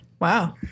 Wow